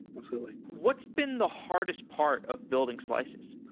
absolutely what's been the hardest part of building slices?